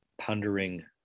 pondering